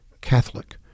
Catholic